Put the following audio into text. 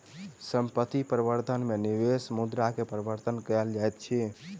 संपत्ति प्रबंधन में निवेश मुद्रा के प्रबंधन कएल जाइत अछि